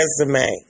resume